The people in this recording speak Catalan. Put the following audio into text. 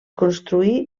construí